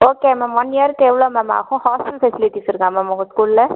okay ma'am one இயருக்கு எவ்வளோ ma'am ஆகும் ஹாஸ்டல் ஃபெசிலிட்டிஸ் இருக்கா மேம் உங்கள் ஸ்கூலில்